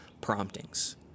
promptings